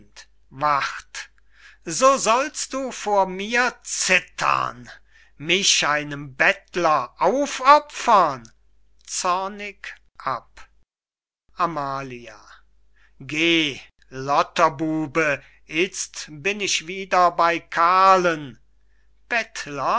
wart so sollst du vor mir zittern mich einem bettler aufopfern zornig ab amalia geh lotterbube itzt bin ich wieder bey karln bettler